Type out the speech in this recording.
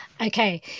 okay